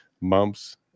mumps